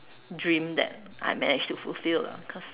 dream that I managed to fulfil lah cause